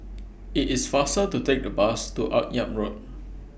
IT IS faster to Take The Bus to Akyab Road